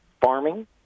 farming